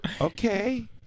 Okay